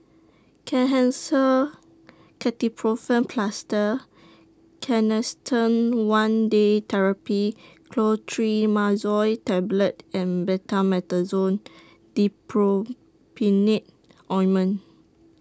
Kenhancer Ketoprofen Plaster Canesten one Day Therapy Clotrimazole Tablet and Betamethasone Dipropionate Ointment